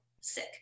sick